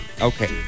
Okay